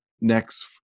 NEXT